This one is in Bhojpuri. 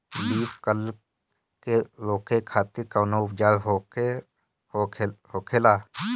लीफ कल के रोके खातिर कउन उपचार होखेला?